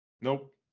Nope